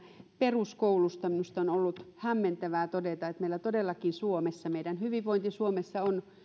peruskoulusta minusta on on ollut hämmentävää todeta että meillä suomessa meidän hyvinvointi suomessa todellakin on